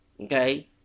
Okay